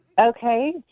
Okay